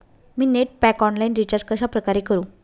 मी net pack online recharge कशाप्रकारे करु?